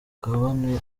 umugabane